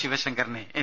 ശിവശങ്കറിനെ എൻ